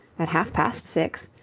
at half-past six,